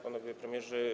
Panowie Premierzy!